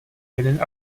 jeden